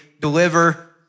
deliver